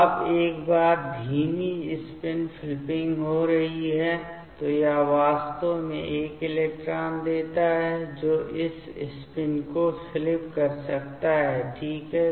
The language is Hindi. अब एक बार धीमी स्पिन फ़्लिपिंग हो रही है तो यह वास्तव में यह इलेक्ट्रॉन देता है जो इस स्पिन को फ़्लिप कर सकता है ठीक है